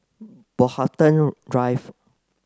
Brockhampton Drive